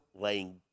laying